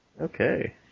Okay